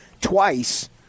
twice